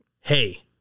Hey